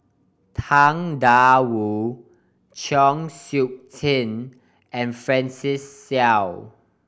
Tang Da Wu Chng Seok Tin and Francis Seow